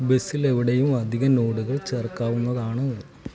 ബസ്സിൽ എവിടെയും അധിക നോഡുകൾ ചേർക്കാവുന്നതാണ്